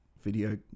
video